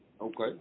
Okay